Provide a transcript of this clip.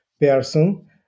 person